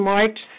March